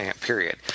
period